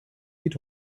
geht